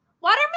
watermelon